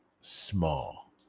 small